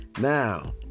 Now